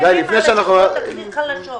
גיא,